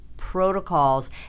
protocols